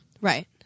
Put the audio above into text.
Right